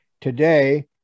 today